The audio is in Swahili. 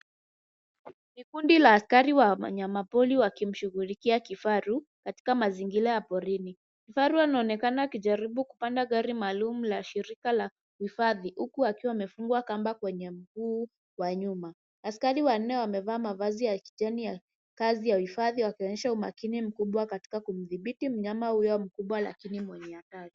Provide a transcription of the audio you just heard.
Kundi la askari wanyama pori wakimshughulikia kifaru katika mazingira ya hifadhi. Kifaru anaonekana akijaribu kupanda gari maalumu la usafirishaji la hifadhi, kasha akiwa amefungwa kamba kwenye mti kwa nyuma. Askari wanyama wamevaa vazi la kitengo cha hifadhi wakionyesha umakini mkubwa katika kujidhibiti mbele ya mnyama huyu mkubwa lakini hatari.